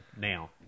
now